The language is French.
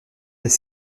des